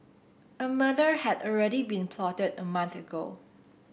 a murder had already been plotted a month ago